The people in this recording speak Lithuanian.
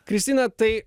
kristina tai